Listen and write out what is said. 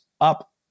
up